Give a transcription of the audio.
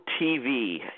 TV